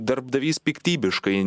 darbdavys piktybiškai